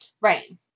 Right